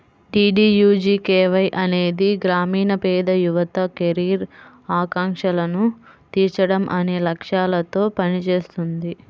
DDUGKY అనేది గ్రామీణ పేద యువత కెరీర్ ఆకాంక్షలను తీర్చడం అనే లక్ష్యాలతో పనిచేస్తుంది